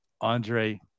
andre